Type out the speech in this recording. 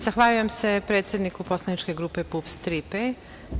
Zahvaljujem se predsedniku poslaničke grupe PUPS – „Tri P“